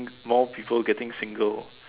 more people getting single